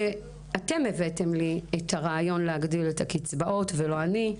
שאתם הבאתם לי את הרעיון להגדיל את הקצבאות ולא אני.